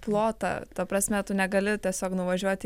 plotą ta prasme tu negali tiesiog nuvažiuoti